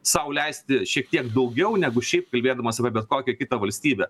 sau leisti šiek tiek daugiau negu šiaip kalbėdamas apie bet kokią kitą valstybę